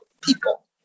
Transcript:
people